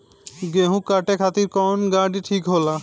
गेहूं काटे खातिर कौन गाड़ी ठीक होला?